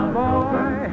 boy